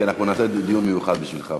מיקי, נעשה פה דיון מיוחד בשבילך.